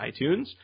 iTunes